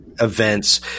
events